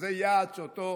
שזה יעד שאותו